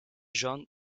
jeanne